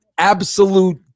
absolute